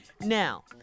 Now